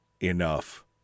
enough